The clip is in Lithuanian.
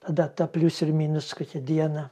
tada ta plius ir minus kad jie dieną